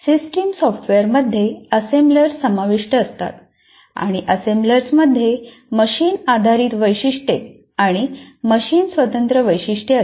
system सॉफ्टवेयरमध्ये assemblers समाविष्ट असतात आणि असेम्बलर्समध्ये मशीन आधारित वैशिष्ट्ये आणि मशीन स्वतंत्र वैशिष्ट्ये असतात